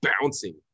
bouncing